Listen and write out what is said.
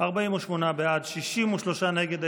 48 בעד, 63 נגד.